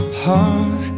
heart